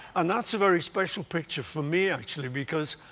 and that's a very special picture for me, actually, because,